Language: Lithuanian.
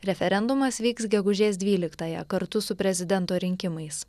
referendumas vyks gegužės dvyliktąją kartu su prezidento rinkimais